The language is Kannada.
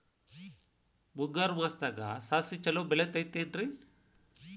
ಮುಂಗಾರು ಮಾಸದಾಗ ಸಾಸ್ವಿ ಛಲೋ ಬೆಳಿತೈತೇನ್ರಿ?